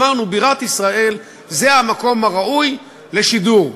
אמרנו: בירת ישראל היא המקום הראוי לשידור.